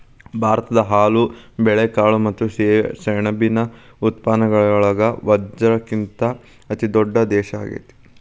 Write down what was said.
ಭಾರತ ಹಾಲು, ಬೇಳೆಕಾಳು ಮತ್ತ ಸೆಣಬಿನ ಉತ್ಪಾದನೆಯೊಳಗ ವಜಗತ್ತಿನ ಅತಿದೊಡ್ಡ ದೇಶ ಆಗೇತಿ